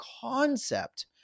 concept